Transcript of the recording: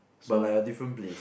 but like a different place